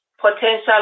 potential